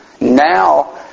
Now